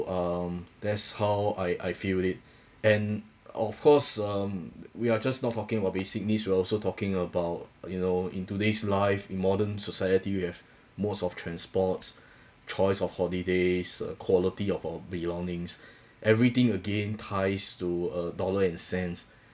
um that's how I I feel it and of course um we are just not talking about basic needs we're also talking about uh you know in today's life modern society we have modes of transports choice of holidays uh quality of our belongings everything again ties to uh dollar and cents